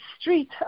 street